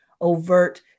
overt